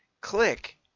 click